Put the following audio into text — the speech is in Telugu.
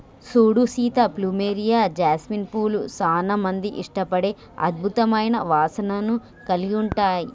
సూడు సీత ప్లూమెరియా, జాస్మిన్ పూలు సానా మంది ఇష్టపడే అద్భుతమైన వాసనను కలిగి ఉంటాయి